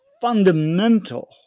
fundamental